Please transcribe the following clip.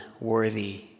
worthy